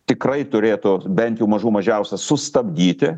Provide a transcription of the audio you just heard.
tikrai turėtų bent jau mažų mažiausia sustabdyti